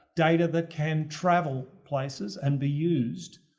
data that can travel places and be used,